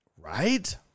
right